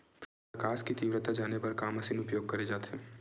प्रकाश कि तीव्रता जाने बर का मशीन उपयोग करे जाथे?